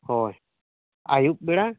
ᱦᱳᱭ ᱟᱹᱭᱩᱵ ᱵᱮᱲᱟ